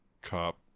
cop